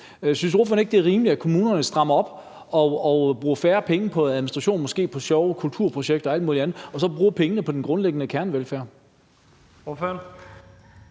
rimeligt, at kommunerne strammer op og bruger færre penge på administration og måske på sjove kulturprojekter og alt muligt andet og så bruger pengene på den grundlæggende kernevelfærd? Kl.